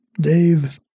Dave